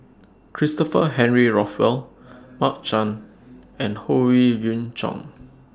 Christopher Henry Rothwell Mark Chan and Howe Yoon Chong